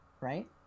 Right